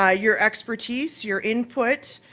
ah your expertise, your input,